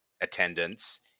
attendance